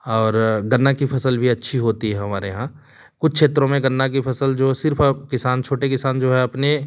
और गन्ना की फसल भी अच्छी होती है हमारे यहाँ कुछ क्षेत्रों में गन्ना की फसल जो सिर्फ किसान छोटे किसान जो है अपने